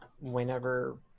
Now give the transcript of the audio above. Whenever